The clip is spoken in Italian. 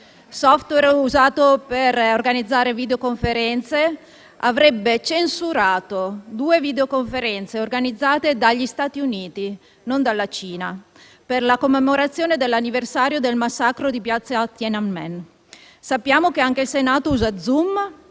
*software* usato per organizzare videoconferenze, ne avrebbe censurate due organizzate dagli Stati Uniti (non dalla Cina) per la commemorazione dell'anniversario del massacro di piazza Tienanmen. Sappiamo che anche il Senato usa Zoom